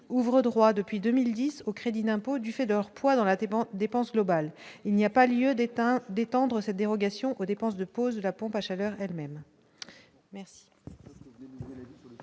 ouvrent droit depuis 2010 au crédit d'impôt du Fedor poids dans la dépense, dépense globale, il n'y a pas lieu d'état d'étendre cette dérogation aux dépenses de la pompe à chaleur elle-même.